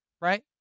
Right